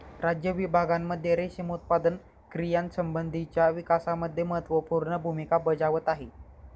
राज्य विभागांमध्ये रेशीम उत्पादन क्रियांसंबंधीच्या विकासामध्ये महत्त्वपूर्ण भूमिका बजावत आहे